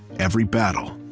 every battle,